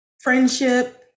friendship